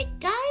Guys